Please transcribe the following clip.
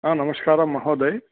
आ नमस्कारः महोदय